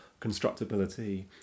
constructability